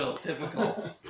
typical